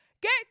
Get